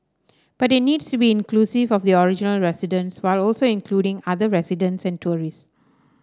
but it needs to be inclusive of the original residents while also including other residents and tourists